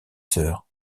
sœurs